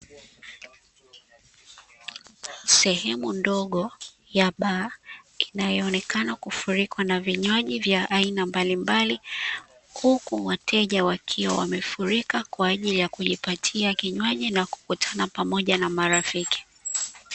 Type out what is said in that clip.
Sehemu ndogo ya baa inayoonekana kufurikwa na vinywaji vya aina mbalimbali huku wateja wakiwa wamefurika kwa ajili ya kujipatia kinywaji na kukutana pamoja na marafiki.